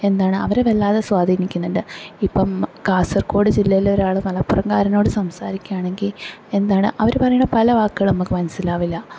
എന്താണ് അവരെ വല്ലാതെ സ്വാധീനിക്കുന്നുണ്ട് ഇപ്പം കാസർകോഡ് ജില്ലയിലെ ഒരാള് മലപ്പുറം കാരനോട് സംസാരിക്കുകയാണെങ്കിൽ എന്താണ് അവര് പറയുന്നത പല വാക്കുകളും നമുക്ക് മനസ്സിലാവില്ല